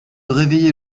réveiller